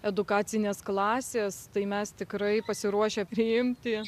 edukacinės klasės tai mes tikrai pasiruošę priimti